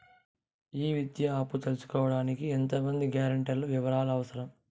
ఈ విద్యా అప్పు తీసుకోడానికి ఎంత మంది గ్యారంటర్స్ వివరాలు అవసరం?